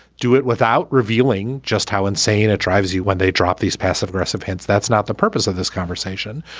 do it without revealing just how insane it drives you when they drop these passive aggressive hints. that's not the purpose of this conversation.